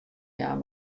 jaan